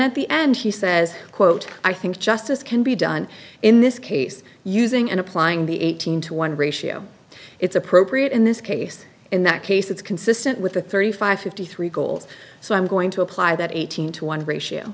at the end he says quote i think justice can be done in this case using and applying the eighteen to one ratio it's appropriate in this case in that case it's consistent with the thirty five fifty three goals so i'm going to apply that eighteen to one ratio